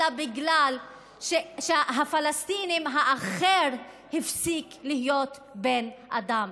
אלא בגלל שהפלסטינים, האחר, הפסיק להיות בן אדם.